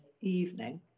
evening